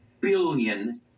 billion